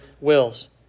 wills